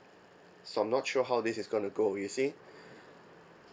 so I'm not sure how this is gonna go you see